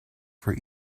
for